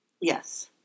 yes